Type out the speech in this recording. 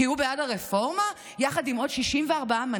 כי הוא בעד הרפורמה, יחד עם עוד 64 מנדטים?